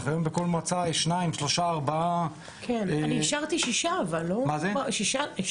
השני של 2022. אנחנו את שלנו עשינו ואנחנו